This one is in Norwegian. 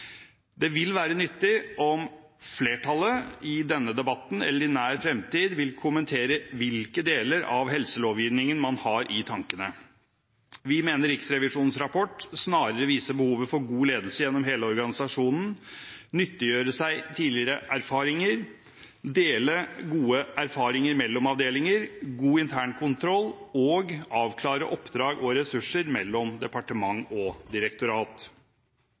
Det vil være nyttig om flertallet i denne debatten eller i nær fremtid vil kommentere hvilke deler av helselovgivningen man har i tankene. Vi mener Riksrevisjonens rapport snarere viser behovet for å ha god ledelse gjennom hele organisasjonen, nyttiggjøre seg tidligere erfaringer, dele gode erfaringer mellom avdelinger, ha god internkontroll og avklare oppdrag og ressurser mellom departement og direktorat.